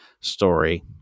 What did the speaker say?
story